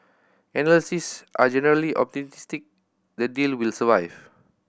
analysts are generally optimistic the deal will survive